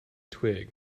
twig